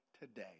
today